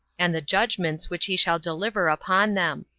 and the judgments which he shall deliver upon them.